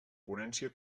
ponència